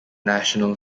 national